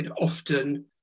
often